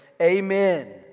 Amen